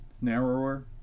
narrower